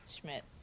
Schmidt